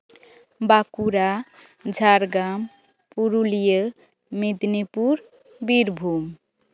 Bankura Jhargram Purulia Medinipur Birbhum